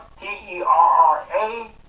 T-E-R-R-A